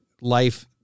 life